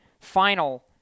final